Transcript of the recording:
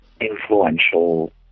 influential